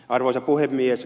arvoisa puhemies